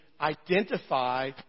identify